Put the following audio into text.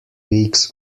weeks